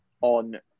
on